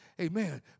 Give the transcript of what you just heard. Amen